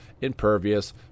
impervious